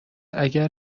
اگر